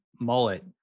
mullet